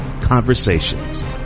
Conversations